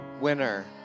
winner